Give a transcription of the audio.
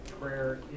prayer